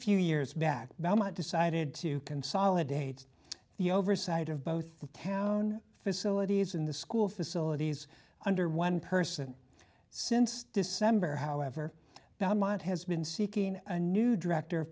few years back ballmer decided to consolidate the oversight of both town facilities in the school facilities under one person since december however the mind has been seeking a new director of